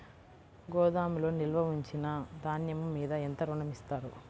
గోదాములో నిల్వ ఉంచిన ధాన్యము మీద ఎంత ఋణం ఇస్తారు?